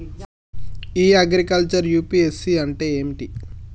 ఇ agriculture UPSC అంటే ఏమిటి?